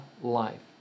life